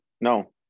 no